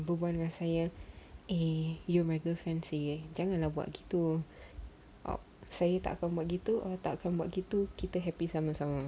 berbual dengan saya eh you are my girlfriend seh eh janganlah buat gitu sebab saya tak akan buat gitu awak tak akan buat gitu kita happy sama-sama